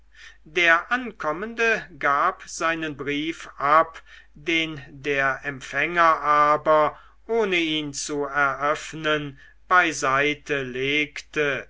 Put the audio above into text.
der ankommende gab seinen brief ab den der empfänger aber ohne ihn zu eröffnen beiseitelegte